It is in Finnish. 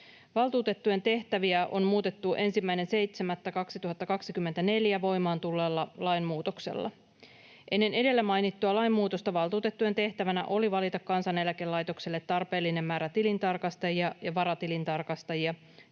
Valtuutettujen tehtäviä on muutettu 1.7.2024 voimaan tulleella lainmuutoksella. Ennen edellä mainittua lainmuutosta valtuutettujen tehtävänä oli valita Kansaneläkelaitokselle tarpeellinen määrä tilintarkastajia ja varatilintarkastajia,